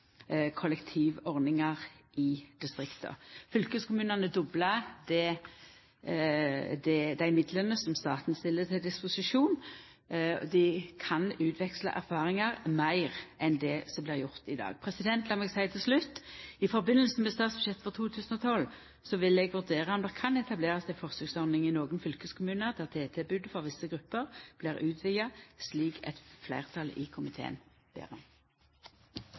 kollektivordningar i distrikta. Fylkeskommunane doblar dei midlane som staten stiller til disposisjon. Ein kan utveksla erfaringar meir enn det som blir gjort i dag. Lat meg seia heilt til slutt: I samband med statsbudsjettet for 2012 vil eg vurdera om det kan etablerast ei forsøksordning i nokre fylkeskommunar der TT-tilbodet for visse grupper blir utvida, slik eit fleirtal i komiteen